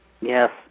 Yes